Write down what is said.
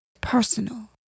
personal